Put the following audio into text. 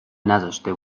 نذاشته